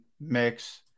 mix